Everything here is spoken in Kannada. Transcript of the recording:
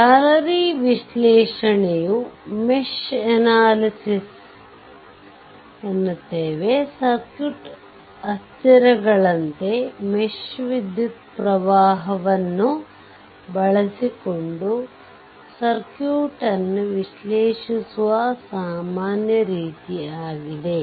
ಜಾಲರಿ ವಿಶ್ಲೇಷಣೆಯು ಸರ್ಕ್ಯೂಟ್ ಅಸ್ಥಿರಗಳಂತೆ ಮೆಶ್ ವಿದ್ಯುತ್ ಪ್ರವಾಹವನ್ನು ಬಳಸಿಕೊಂಡು ಸರ್ಕ್ಯೂಟ್ ಅನ್ನು ವಿಶ್ಲೇಷಿಸುವ ಸಾಮಾನ್ಯ ರೀತಿ ಆಗಿದೆ